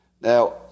Now